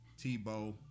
Tebow